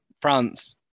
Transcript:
France